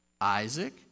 Isaac